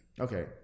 Okay